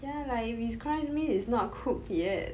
ya like if it's crunch means it's not cooked yet